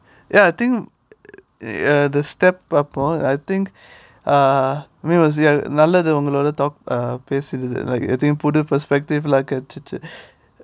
ya I think err ya the step பார்ப்போம்:paarppom I think ah நல்லது உங்களோட:nallathu ungaloda talk pa~ பேசுனது:pesunathu like ஏதும் புது:ethum pudhu perspective எல்லா கிடைச்சது:ellaa kidaichathu